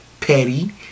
petty